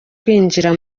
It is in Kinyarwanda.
kwinjira